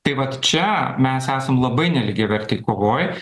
tai vat čia mes esam labai nelygiavertėj kovoj